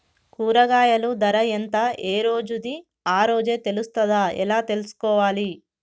కూరగాయలు ధర ఎంత ఏ రోజుది ఆ రోజే తెలుస్తదా ఎలా తెలుసుకోవాలి?